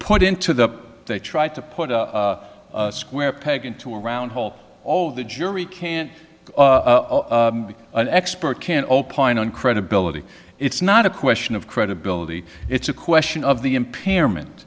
put into the they tried to put a square peg into a round hole all the jury can be an expert can opine on credibility it's not a question of credibility it's a question of the impairment